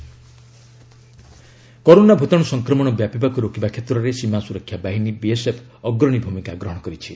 BSF corona corona ଭୂତାଣୁ ସଂକ୍ରମଣ ବ୍ୟାପିବାକୁ ରୋକିବା କ୍ଷେତ୍ରରେ ସୀମା ସୁରକ୍ଷା ବାହିନୀ ବିଏସ୍ଏଫ୍ ଅଗ୍ରଣୀ ଭୂମିକା ଗ୍ରହଣ କରିଛି